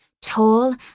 Tall